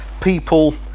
people